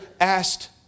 asked